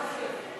מה זה?